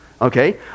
Okay